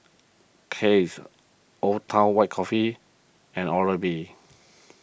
Kiehl's Old Town White Coffee and Oral B